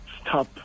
stop